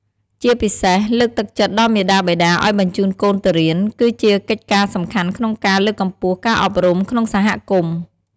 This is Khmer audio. ជាពិសេស លើកទឹកចិត្តដល់មាតាបិតាឱ្យបញ្ជូនកូនទៅរៀន គឺជាកិច្ចការសំខាន់ក្នុងការ លើកកម្ពស់ការអប់រំ ក្នុងសហគមន៍។